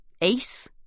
Ace